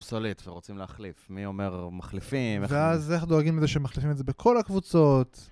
פסולית, ורוצים להחליף. מי אומר, מחליפים? - ואז איך דואגים לזה שמחליפים את זה בכל הקבוצות?